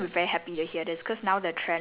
ya okay